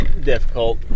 difficult